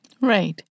Right